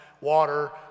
water